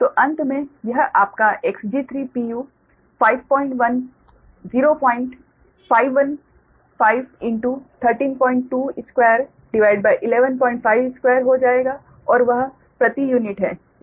तो अंत में यह आपका Xg3pu 0515 1322 1152 हो जाएगा और वह प्रति यूनिट है